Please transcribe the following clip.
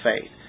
faith